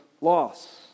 loss